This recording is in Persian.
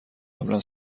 قبلا